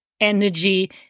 energy